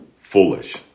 foolish